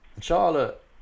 Charlotte